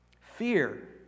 Fear